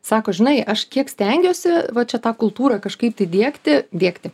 sako žinai aš kiek stengiuosi va čia tą kultūrą kažkaip tai diegti diegti